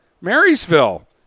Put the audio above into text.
Marysville